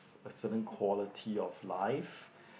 a certain quality of life